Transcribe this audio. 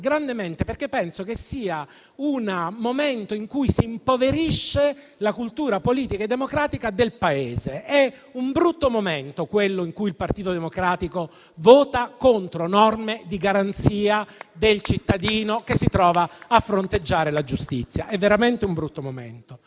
perché penso che sia un momento in cui si impoverisce la cultura politica e democratica del Paese. È un brutto momento quello in cui il Partito Democratico vota contro norme di garanzia del cittadino che si trova a fronteggiare la giustizia. È veramente un brutto momento.